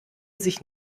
sich